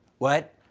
what?